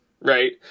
Right